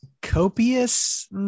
Copious